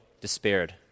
despaired